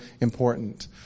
important